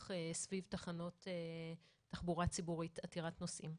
סביב תחנות תחבורה ציבורית עתירת נוסעים.